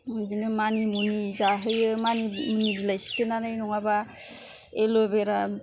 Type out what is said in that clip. बिदिनो मानिमुनि जाहोयो मानिमुनि बिलाइ सिफ्लेनानै नङाबा एल'बेरा